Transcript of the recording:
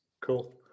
Cool